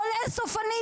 חולה סופני,